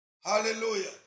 Hallelujah